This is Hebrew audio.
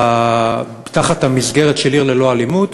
תחת המסגרת של "עיר ללא אלימות"